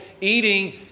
eating